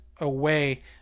away